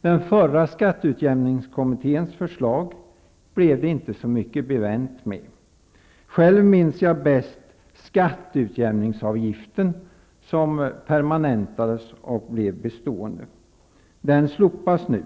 Den förra skatteutjämningskommitténs förslag blev det inte så mycket bevänt med. Själv minns jag skatteutjämningsavgiften bäst, som permanentades och blev bestående. Den slopas nu.